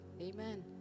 Amen